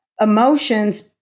emotions